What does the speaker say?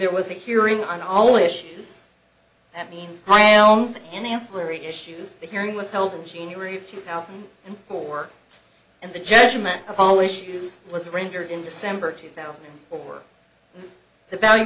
there was a hearing on all issues that means paella and ancillary issues the hearing was held in january of two thousand and four and the judgment of all issues was rendered in december two thousand and four the valu